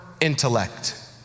intellect